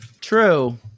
True